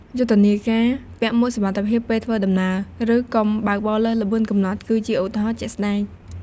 យុទ្ធនាការ "ពាក់មួកសុវត្ថិភាពពេលធ្វើដំណើរ" ឬ "កុំបើកបរលើសល្បឿនកំណត់" គឺជាឧទាហរណ៍ជាក់ស្តែង។